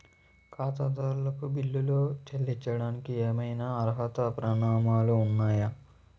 ఖాతాదారులకు బిల్లులు చెల్లించడానికి ఏవైనా అర్హత ప్రమాణాలు ఉన్నాయా?